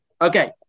Okay